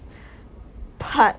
part